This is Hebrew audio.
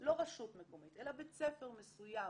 לא רשות מקומית אלא בית ספר מסוים,